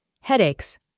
headaches